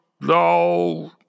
no